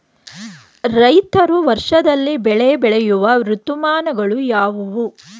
ರೈತರು ವರ್ಷದಲ್ಲಿ ಬೆಳೆ ಬೆಳೆಯುವ ಋತುಮಾನಗಳು ಯಾವುವು?